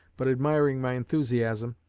but admiring my enthusiasm,